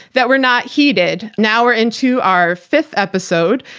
that were not heeded. now we're into our fifth episode,